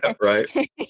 Right